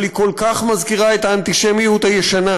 אבל היא כל כך מזכירה את האנטישמיות הישנה,